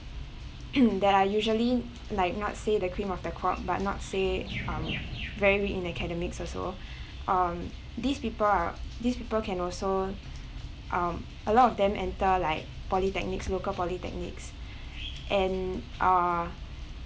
that I usually like not say the cream of the crop but not say um very in academics also um these people uh these people can also um a lot of them enter like polytechnics local polytechnics and uh